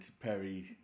Perry